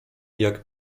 jak